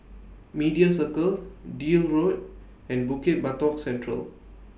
Media Circle Deal Road and Bukit Batok Central